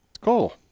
Cool